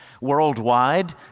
worldwide